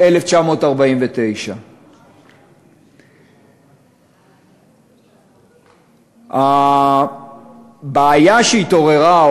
1949. הבעיה שהתעוררה,